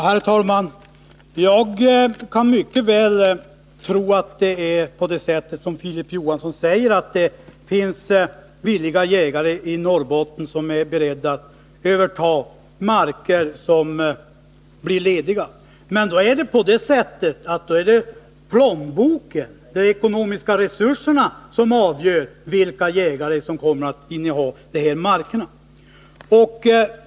Herr talman! Jag kan mycket väl tro att det är på det sättet som Filip Johansson säger, att det finns jägare i Norrbotten som är beredda att överta marker som blir lediga. Men då är det plånboken, de ekonomiska resurserna, som avgör vilka jägare som kommer att inneha de markerna.